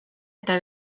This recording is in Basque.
eta